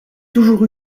toujours